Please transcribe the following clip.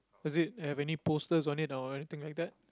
does it have any posters on it or anything like that